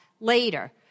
later